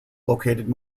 located